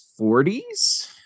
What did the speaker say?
40s